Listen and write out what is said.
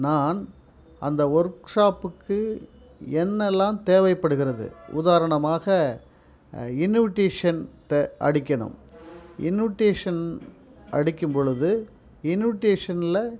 நான் அந்த ஒர்க் ஷாப்புக்கு என்னெல்லாம் தேவைப்படுகிறது உதாரணமாக இனிவிடேஷன் தே அடிக்கணும் இனிவிடேஷன் அடிக்கும் பொழுது இனிவிடேஷனில்